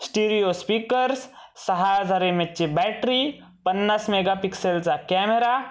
stereo speakers सहा हजार M एचची बॅट्री पन्नास मेगापिक्सेलचा कॅमेरा